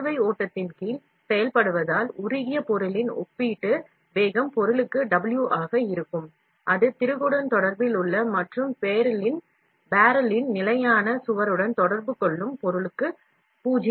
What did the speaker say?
நாம் இழுவை ஓட்டத்தின் கீழ் செயல்படுவதால் உருகிய பொருளின் ஒப்பீட்டு வேகம் W ஆக இருக்கும் அது திருகுடன் தொடர்பு கொள்ளும் மற்றும் barrel ன் நிலையான சுவருடன் தொடர்பு கொள்ளும் பொருளுக்கு 0 ஆகும்